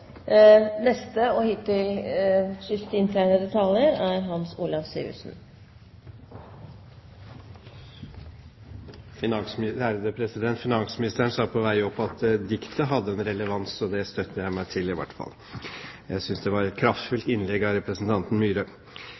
Finansministeren sa til meg på vei opp at diktet hadde en relevans, og det støtter jeg meg til i hvert fall! Jeg synes det var et kraftfullt innlegg av representanten